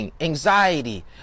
anxiety